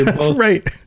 Right